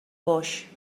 boix